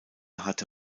hatte